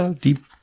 Deep